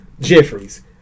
Jeffries